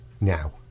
now